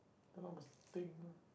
don't know must think lah